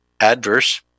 Adverse